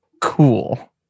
cool